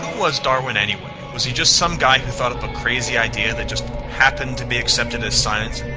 was darwin anyway, was he just some guy who thought of a crazy idea that just happened to be accepted as science?